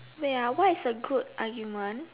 wait ah what is a good argument